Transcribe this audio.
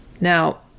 Now